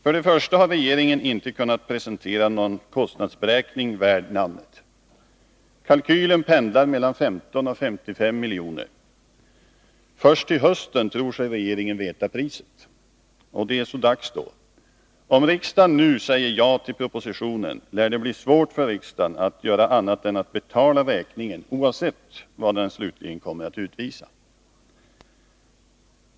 För det första har regeringen inte kunnat prestera någon kostnadsberäkning värd namnet. Kalkylen pendlar mellan 15 och 55 miljoner. Först till hösten tror sig regeringen veta priset. Det är så dags då! Om riksdagen nu säger ja till propositionen, lär det bli svårt för riksdagen att göra annat än betala räkningen oavsett vad den slutligen kommer att lyda på.